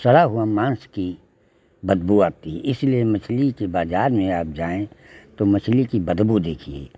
सड़ा हुआ माँस की बदबू आती है इसलिए मछली के बाज़ार में आप जाएं तो मछली की बदबू देखिए